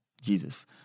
Jesus